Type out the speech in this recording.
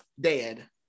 dead